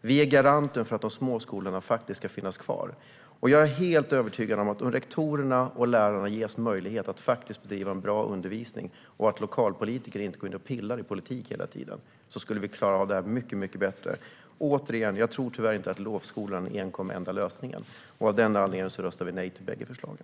Vi är garanter för att de små skolorna ska finnas kvar. Om rektorer och lärare ges möjlighet att bedriva en bra undervisning och om lokalpolitiker låter bli att gå in och pilla politiskt hela tiden är jag övertygad om att vi skulle klara detta mycket bättre. Jag tror inte att lovskolan är enda lösningen, och därför säger vi nej till bägge förslagen.